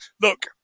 look